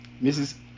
Mrs